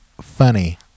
Funny